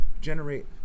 generate